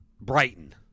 Brighton